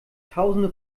tausende